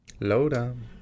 Low-down